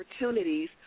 opportunities